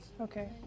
Okay